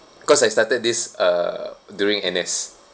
cause I started this uh during N_S